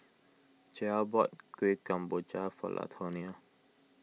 Joel bought Kueh Kemboja for Latonia